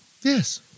yes